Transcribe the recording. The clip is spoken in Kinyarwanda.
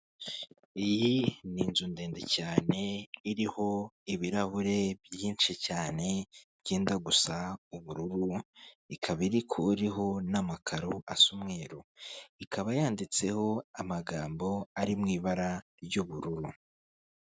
Iyi ni inzu ndende cyane iriho ibirahure byinshi cyane byenda gusa ubururu ikaba iriho n'amakaro asa umweru ikaba yanditseho amagambo ari mu ibara ry'ubururu.